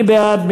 מי בעד?